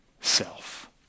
self